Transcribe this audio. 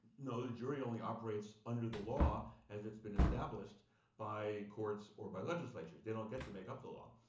no, the jury only operates under the law as it's been established by courts or by legislatures. they don't get to make up the law.